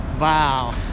Wow